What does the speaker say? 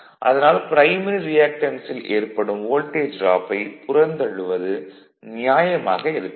அதனால் ப்ரைமரி ரியாக்டன்ஸில் ஏற்படும் வோல்டேஜ் டிராப்பை புறந்தள்ளுவது நியாயமாக இருக்காது